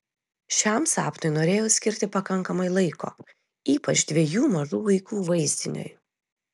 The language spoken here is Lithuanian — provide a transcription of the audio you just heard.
šiam sapnui norėjau skirti pakankamai laiko ypač dviejų mažų vaikų vaizdiniui